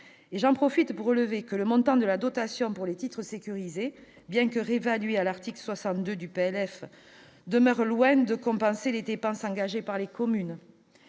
j'en profite pour relever que le montant de la dotation pour les titres sécurisés, bien que réévalué à l'article 62 du PNF demeure loin de compenser les dépenses engagées par les communes,